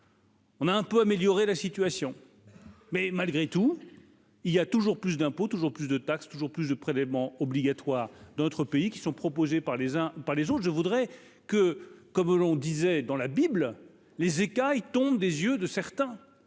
On a un peu amélioré la situation, mais malgré tout il y a toujours plus d'impôts toujours plus de taxes, toujours plus de prélèvements obligatoires, d'autres pays qui sont proposés par les uns par les autres, je voudrais que, comme l'on disait dans la Bible, les écailles tombent des yeux de certains